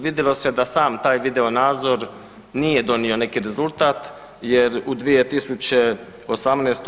Vidjelo se da sam taj video nadzor nije donio neki rezultat, jer u 2018.